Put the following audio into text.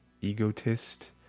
egotist